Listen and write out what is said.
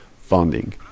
funding